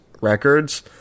records